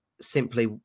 simply